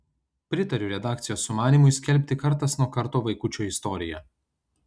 pritariu redakcijos sumanymui skelbti kartas nuo karto vaikučio istoriją